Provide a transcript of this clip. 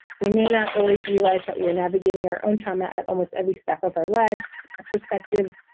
we may not always realize that we are navigating our own trauma at almost every step of our lives. our perspectives,